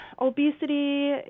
obesity